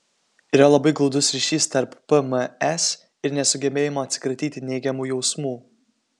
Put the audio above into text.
yra labai glaudus ryšys tarp pms ir nesugebėjimo atsikratyti neigiamų jausmų